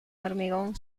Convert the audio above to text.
hormigón